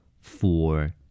four